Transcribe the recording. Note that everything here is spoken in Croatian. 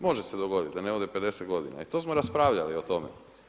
Može se dogoditi da ne ode 50 godina i to smo raspravljali o tome.